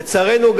לצערנו,